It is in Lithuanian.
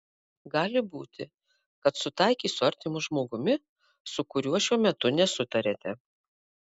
gali būti kad sutaikys su artimu žmogumi su kuriuo šiuo metu nesutariate